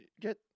get